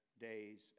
days